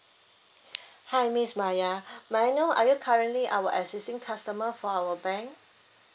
hi miss maya may I know are you currently our existing customer for our bank